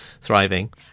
thriving